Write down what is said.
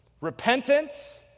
Repentance